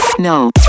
No